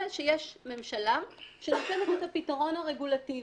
שיש ממשלה שנותנת לו את הפתרון הרגולטיבי.